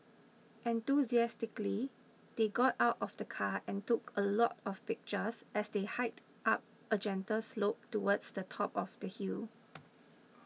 enthusiastically they got out of the car and took a lot of pictures as they hiked up a gentle slope towards the top of the hill